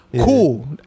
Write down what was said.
cool